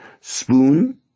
spoon